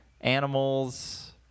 animals